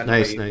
Nice